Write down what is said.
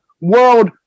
World